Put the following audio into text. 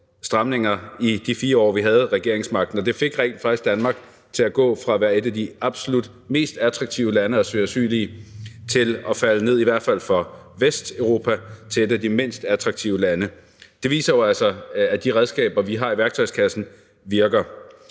stramninger i de 4 år, vi havde regeringsmagten. Det fik rent faktisk Danmark til at gå fra at være et af de absolut mest attraktive lande at søge asyl i til at falde ned i hvert fald for Vesteuropa til et af de mindst attraktive lande. Det viser jo altså, at de redskaber, vi har i værktøjskassen, virker.